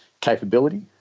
capability